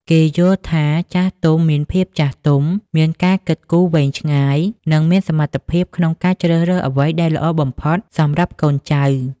គេយល់ថា ចាស់ទុំមានភាពចាស់ទុំ មានការគិតគូរវែងឆ្ងាយ និងមានសមត្ថភាពក្នុងការជ្រើសរើសអ្វីដែលល្អបំផុតសម្រាប់កូនចៅ។